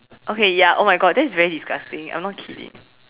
okay ya oh my God that is very disgusting I'm not kidding